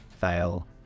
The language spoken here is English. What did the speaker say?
Fail